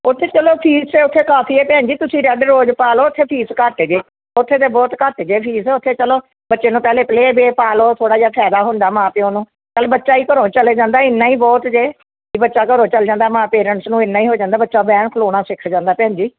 ਉੱਥੇ ਚਲੋ ਫੀਸ ਉੱਥੇ ਕਾਫ਼ੀ ਹੈ ਭੈਣ ਜੀ ਤੁਸੀਂ ਰੈਡ ਰੋਜ ਪਾ ਲਓ ਉੱਥੇ ਫੀਸ ਘੱਟ ਜੇ ਉੱਥੇ ਤਾਂ ਬਹੁਤ ਘੱਟ ਜੇ ਫੀਸ ਉੱਥੇ ਚਲੋ ਬੱਚੇ ਨੂੰ ਪਹਿਲੇ ਪਲੇਅ ਵੇਅ ਪਾ ਲਓ ਥੋੜ੍ਹਾ ਜਿਹਾ ਫ਼ਾਇਦਾ ਹੁੰਦਾ ਮਾਂ ਪਿਓ ਨੂੰ ਚਲ ਬੱਚਾ ਹੀ ਘਰੋਂ ਚਲੇ ਜਾਂਦਾ ਇੰਨਾ ਹੀ ਬਹੁਤ ਜੇ ਵੀ ਬੱਚਾ ਘਰੋਂ ਚਲ ਜਾਂਦਾ ਮਾਂ ਪੇਰੈਂਟਸ ਨੂੰ ਇੰਨਾ ਹੀ ਹੋ ਜਾਂਦਾ ਬੱਚਾ ਬੈਣ ਖਲੋਣਾ ਸਿੱਖ ਜਾਂਦਾ ਭੈਣ ਜੀ